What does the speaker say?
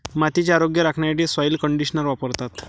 मातीचे आरोग्य राखण्यासाठी सॉइल कंडिशनर वापरतात